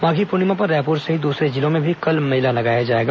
माघी पूर्णिमा पर रायपूर सहित दूसरे जिलों में भी कल मेला लगाया जाएगा